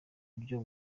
buryo